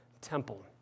temple